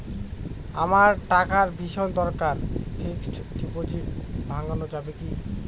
আমার টাকার ভীষণ দরকার ফিক্সট ডিপোজিট ভাঙ্গানো যাবে কি?